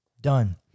Done